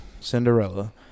Cinderella